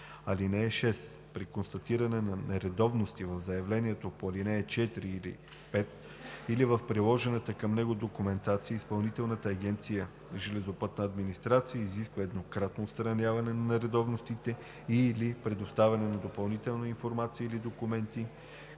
(6) При констатиране на нередовности в заявлението по ал. 4 или 5 или в приложената към него документация Изпълнителна агенция „Железопътна администрация“ изисква еднократно отстраняване на нередовностите и/или предоставяне на допълнителна информация или документи,